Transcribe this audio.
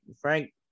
frank